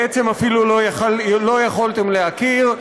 בעצם אפילו לא יכולתם להכיר.